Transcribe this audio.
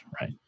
right